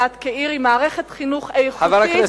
יש יד שמקדמת את אילת כעיר עם מערכת חינוך איכותית וכעיר אוניברסיטאית.